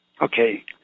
Okay